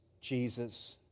Jesus